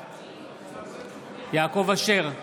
בעד יעקב אשר,